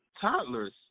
toddlers